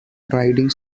riding